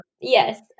Yes